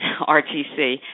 RTC